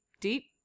deep